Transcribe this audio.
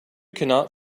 cannot